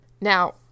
Now